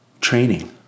training